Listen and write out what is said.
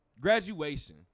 Graduation